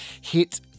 hit